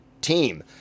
team